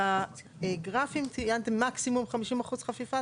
ובגרפים ציינתם מקסימום 50% חפיפה.